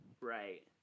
Right